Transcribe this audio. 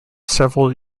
several